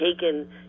taken